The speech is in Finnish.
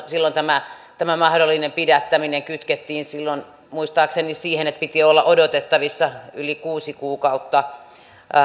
silloin tämä tämä mahdollinen pidättäminen kytkettiin muistaakseni siihen että piti olla odotettavissa yli kuusi kuukautta